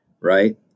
right